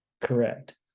Correct